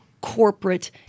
corporate